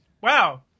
Wow